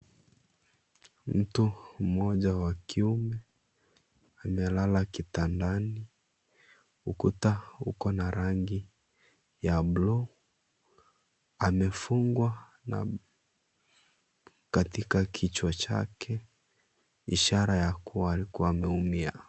Mtu mmoja wa kiume amelala kitandani ukuta uko na rangi ya bluu amefungwa na katika kichwa chake ishara ya kuwa alikuwa ameumia.